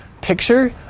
picture